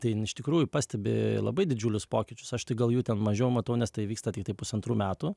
tai iš tikrųjų pastebi labai didžiulius pokyčius aš tai gal jų ten mažiau matau nes tai vyksta tiktai pusantrų metų